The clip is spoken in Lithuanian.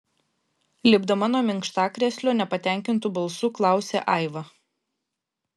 lipdama nuo minkštakrėslio nepatenkintu balsu klausia aiva